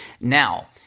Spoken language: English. Now